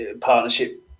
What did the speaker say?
partnership